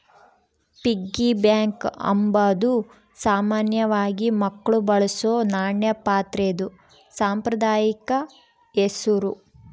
piggy bank ಅಂಬಾದು ಸಾಮಾನ್ಯವಾಗಿ ಮಕ್ಳು ಬಳಸೋ ನಾಣ್ಯ ಪಾತ್ರೆದು ಸಾಂಪ್ರದಾಯಿಕ ಹೆಸುರು